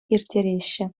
ирттереҫҫӗ